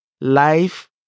Life